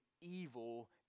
evil